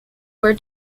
were